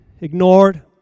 ignored